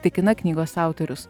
tikina knygos autorius